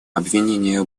обвинения